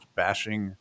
bashing